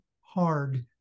hard